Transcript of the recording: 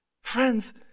Friends